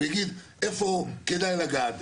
הוא יגיד איפה כדאי לגעת,